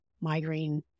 migraine